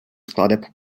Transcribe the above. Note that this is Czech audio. skladeb